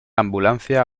ambulancia